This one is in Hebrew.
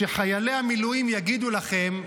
שחיילי המילואים יגידו לכם,